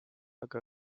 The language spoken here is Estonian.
aga